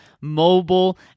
mobile